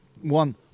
one